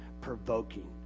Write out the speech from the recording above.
provoking